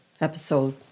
episode